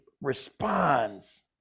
responds